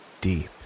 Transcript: deep